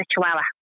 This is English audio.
Chihuahua